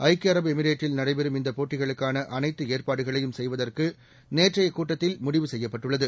ஐக்கிய அரபு எமிரேட்டில் நடைபெறும் இந்தப் போட்டிகளுக்கான அனைத்து ஏற்பாடுகளையும் செய்வதற்கு நேற்றைய கூட்டத்தில் முடிவு செய்யப்பட்டுள்ளது